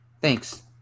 Thanks